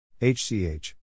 HCH